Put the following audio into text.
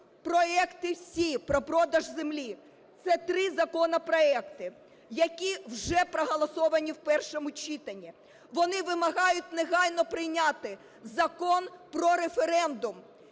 проекти всі про продаж землі. Це три законопроекти, які вже проголосовані в першому читанні. Вони вимагають негайно прийняти Закон про референдум,